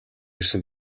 ирсэн